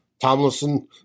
Tomlinson